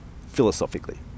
philosophically